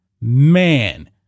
Man